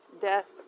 death